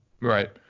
right